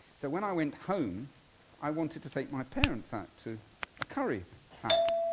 so when i went home i wanted to take my parents out to a curry house.